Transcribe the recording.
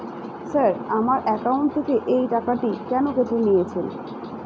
Sir আমার account থেকে এই টাকাটি কেন কেটে নিয়েছেন?